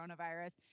coronavirus